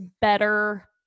better